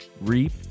reap